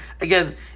Again